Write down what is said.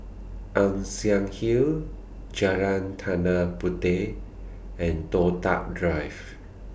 Ann Siang Hill Jalan Tanah Puteh and Toh Tuck Drive